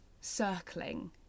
circling